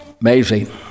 amazing